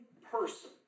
person